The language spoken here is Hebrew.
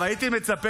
איזה עבריין?